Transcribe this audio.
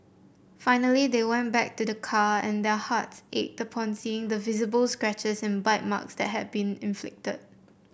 finally they went back to their car and their hearts ached upon seeing the visible scratches and bite marks that had been inflicted